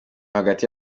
hagati